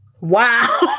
Wow